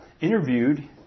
interviewed